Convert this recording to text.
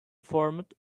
formed